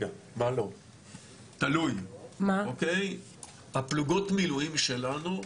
תלוי, הפלוגות מילואים שלנו,